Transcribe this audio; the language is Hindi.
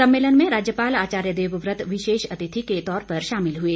सम्मेलन में राज्यपाल आचार्य देवव्रत विशेष अतिथि के तौर पर शामिल हुए